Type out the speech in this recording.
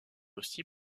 aussi